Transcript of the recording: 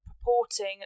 purporting